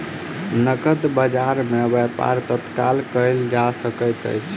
नकद बजार में व्यापार तत्काल कएल जा सकैत अछि